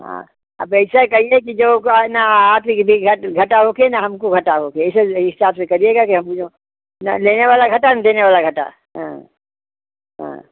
हाँ अब ऐसा ही कहिए कि जो खाना आप ही का भी घाटा होकर ना हमको घाटा हो ऐसे हिसाब से करिएगा कि हम जो ना लेने वाला घाटा ना देने वाला घाटा हाँ हाँ